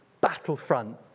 battlefront